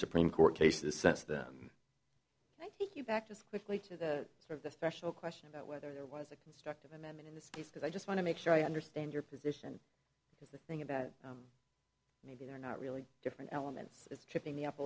supreme court cases since then i think you back to sleep to the sort of the special question about whether there was a constructive amendment in this case because i just want to make sure i understand your position because the thing about maybe they're not really different elements is tripping me up a